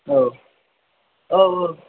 औ औ औ